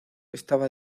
estaba